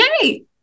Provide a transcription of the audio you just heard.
Yay